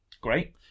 Great